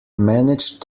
managed